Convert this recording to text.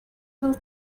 will